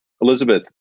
Elizabeth